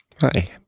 Hi